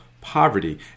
poverty